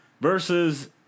versus